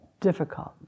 difficult